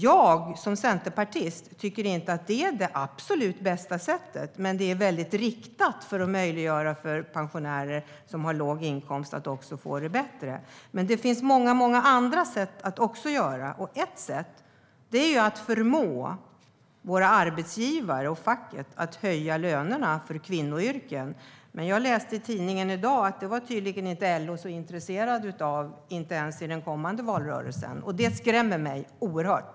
Jag som centerpartist tycker inte att det är det absolut bästa sättet. Men det är väldigt riktat för att möjliggöra för pensionärer som har låg inkomst att få det bättre. Det finns många andra sätt att göra det. Ett sätt är att förmå våra arbetsgivare och facket att höja lönerna för kvinnoyrken. Jag läste i tidningen i dag att LO tydligen inte var så intresserat av det, inte ens under den kommande valrörelsen. Det skrämmer mig oerhört.